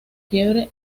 fiebre